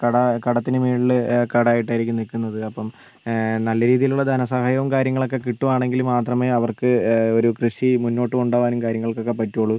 കട കടത്തിന് മുകളിൽ കടം ആയിട്ടായിരിക്കും നിൽക്കുന്നത് അപ്പം നല്ല രീതിയിലുള്ള ധനസഹായവും കാര്യങ്ങളൊക്കെ കിട്ടുവാണെങ്കിൽ മാത്രമേ അവർക്ക് ഒരു കൃഷി മുന്നോട്ട് കൊണ്ടുപോകാനും കാര്യങ്ങൾക്കൊക്കെ പറ്റുള്ളൂ